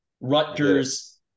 Rutgers